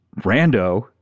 rando